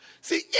See